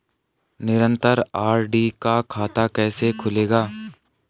निरन्तर आर.डी का खाता कैसे खुलेगा?